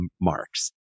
marks